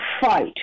fight